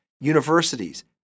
universities